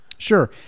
Sure